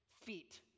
Feet